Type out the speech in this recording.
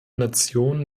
nationen